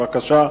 בבקשה.